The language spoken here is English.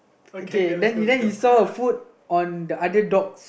okay then then he saw a food on the other dog's